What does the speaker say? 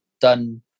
done